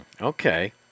Okay